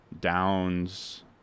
Downs